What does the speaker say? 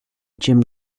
jim